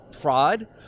fraud